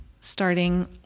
starting